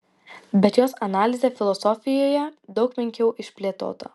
bet jos analizė filosofijoje daug menkiau išplėtota